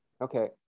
Okay